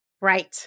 Right